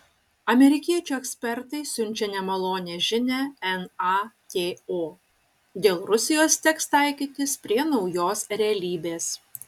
amerikiečių ekspertai siunčia nemalonią žinią nato dėl rusijos teks taikytis prie naujos realybės